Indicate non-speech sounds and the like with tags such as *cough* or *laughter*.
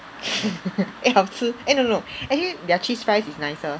*laughs* eh 好吃 eh no no no actually their cheese fries is nicer